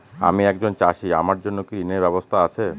আমি একজন চাষী আমার জন্য কি ঋণের ব্যবস্থা আছে?